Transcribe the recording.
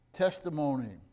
testimony